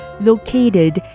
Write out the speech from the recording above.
Located